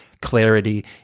Clarity